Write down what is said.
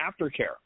aftercare